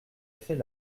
fait